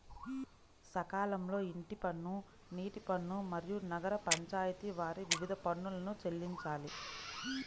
సకాలంలో ఇంటి పన్ను, నీటి పన్ను, మరియు నగర పంచాయితి వారి వివిధ పన్నులను చెల్లించాలి